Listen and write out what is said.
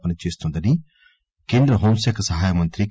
పనిచేస్తోందని కేంద్ర హోంశాఖ సహాయ మంత్రి జి